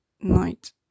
night